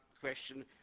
question